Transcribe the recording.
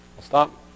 stop